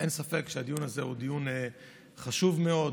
אין ספק שהדיון הזה הוא דיון חשוב מאוד.